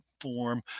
form